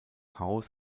haus